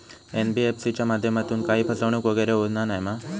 NBFC च्या माध्यमातून काही फसवणूक वगैरे होना नाय मा?